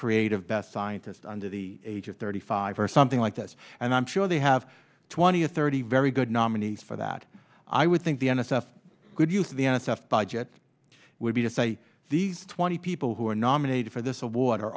creative best scientists under the age of thirty five or something like that and i'm sure they have twenty or thirty very good nominees for that i would think the n s f could use the n s f budget would be to say these twenty people who are nominated for this awa